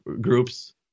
groups